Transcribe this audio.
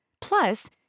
Plus